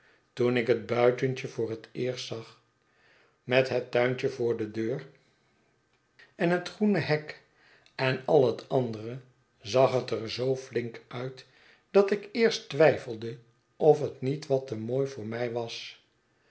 toen ik het buitentje voor het eerst zag met het tuintje voor de deur en het groene hek en al het andere zag het er zoo flink uit dat ik eerst twijfelde of het niet wat te mooi voor mij was